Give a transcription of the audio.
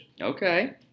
Okay